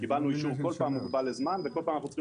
קיבלנו אישור כל פעם מוגבל בזמן וכל פעם אנחנו צריכים